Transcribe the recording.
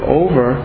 over